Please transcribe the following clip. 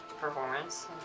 performance